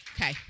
Okay